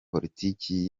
politiki